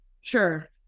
Sure